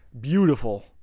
beautiful